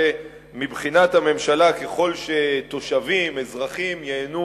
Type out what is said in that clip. ומבחינת הממשלה ככל שתושבים, אזרחים, ייהנו